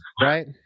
right